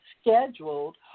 scheduled